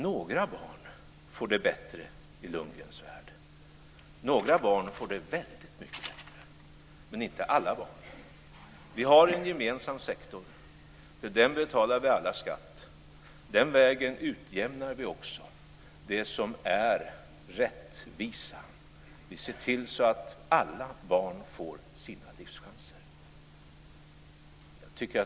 Några barn får det bättre i Lundgrens värld. Några barn får det väldigt mycket bättre, men inte alla barn. Vi har en gemensam sektor. Till den betalar vi alla skatt. Den vägen utjämnar vi också, det som är rättvisa. Vi ser till så att alla barn får sina livschanser.